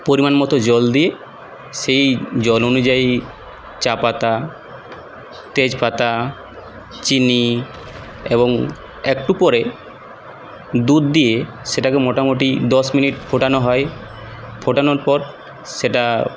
পরিমাণ মতো জল দিয়ে সেই জল অনুযায়ী চা পাতা তেজ পাতা চিনি এবং একটু পরে দুধ দিয়ে সেটাকে মোটামুটি দশ মিনিট ফোটানো হয় ফোটানোর পর সেটা